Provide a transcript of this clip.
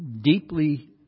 deeply